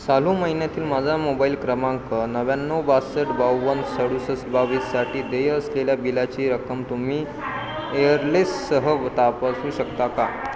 चालू महिन्यातील माझा मोबाईल क्रमांक नव्याण्णव बासष्ट बावन्न सदुसष्ट बावीससाठी देय असलेल्या बिलाची रक्कम तुम्ही एअरलेससह तपासू शकता का